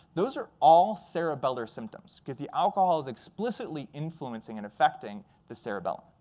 those are all cerebellar symptoms, because the alcohol's explicitly influencing and affecting the cerebellum.